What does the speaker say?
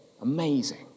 Amazing